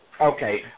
Okay